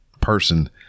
person